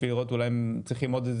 בשביל לראות אולי באמת צריכים עוד איזה